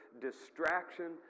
distraction